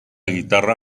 guitarra